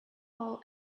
all